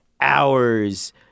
hours